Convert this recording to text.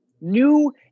New